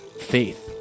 faith